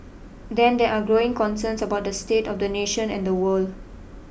then there are growing concerns about the state of the nation and the world